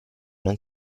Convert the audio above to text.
non